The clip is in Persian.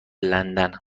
لندن